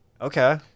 okay